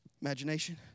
Imagination